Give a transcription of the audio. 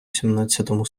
сімнадцятому